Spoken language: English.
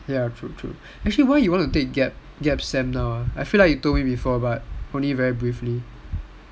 ya true true actually why you want to take gap sem now ah I feel that you told me before but only very briefly